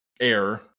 air